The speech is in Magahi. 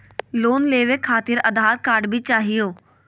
लोन लेवे खातिरआधार कार्ड भी चाहियो?